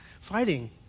fighting